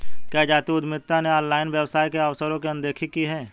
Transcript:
क्या जातीय उद्यमियों ने ऑनलाइन व्यवसाय के अवसरों की अनदेखी की है?